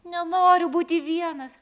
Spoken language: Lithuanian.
nenoriu būti vienas